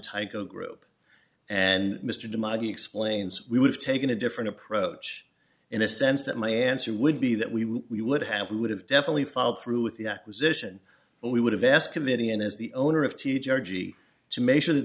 tyco group and mr de maggie explains we would have taken a different approach in a sense that my answer would be that we would have we would have definitely followed through with the acquisition but we would have asked committee and as the owner of to georgie to make sure that